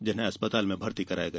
जिन्हें अस्पताल में भर्ती कराया गया